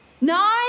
Nine